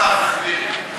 אחלה סגן בחרת לך, מירי.